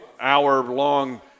hour-long